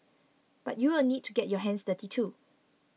but you will need to get your hands dirty too